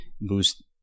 boost